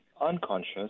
unconscious